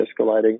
escalating